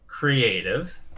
Creative